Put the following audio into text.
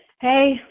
Hey